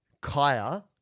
Kaya